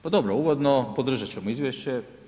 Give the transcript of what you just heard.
Pa dobro, uvodno podržat ćemo izvješće.